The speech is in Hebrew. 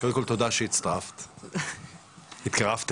קודם כל תודה שהצטרפת והתקרבת אלינו.